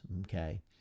Okay